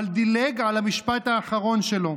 אבל דילג על המשפט האחרון שלו.